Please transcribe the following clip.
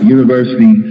University